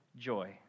Joy